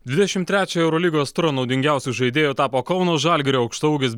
dvidešimt trečiojo eurolygos turo naudingiausiu žaidėju tapo kauno žalgirio aukštaūgis